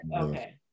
Okay